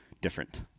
different